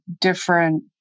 different